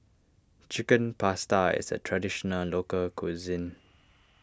Chicken Pasta is a Traditional Local Cuisine